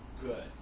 good